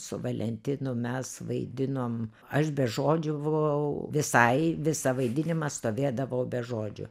su valentinu mes vaidinom aš be žodžių buvau visai visą vaidinimą stovėdavau be žodžių